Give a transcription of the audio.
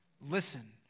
Listen